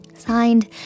signed